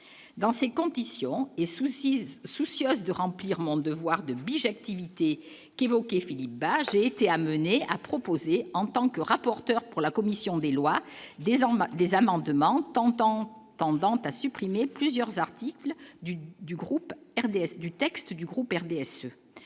dans ces conditions et souci soucieuse de remplir mon devoir de biche, activité qui évoquait Philippe Bas, j'ai été amené à proposer en tant que rapporteur pour la commission des lois désormais des amendements tant en attendant pas supprimer plusieurs articles du du groupe RDSE